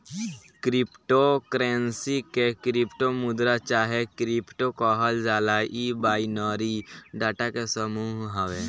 crypto currency के crypto मुद्रा चाहे क्रिप्टो कहल जाला इ बाइनरी डाटा के समूह हवे